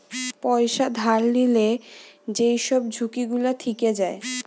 পয়সা ধার লিলে যেই সব ঝুঁকি গুলা থিকে যায়